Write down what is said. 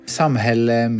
samhälle